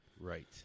Right